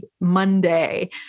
Monday